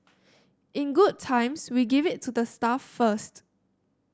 in good times we give it to the staff first